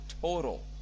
total